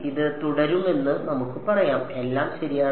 ഇത് തുടരുമെന്ന് നമുക്ക് പറയാം എല്ലാം ശരിയാണ്